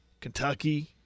Kentucky